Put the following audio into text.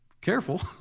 Careful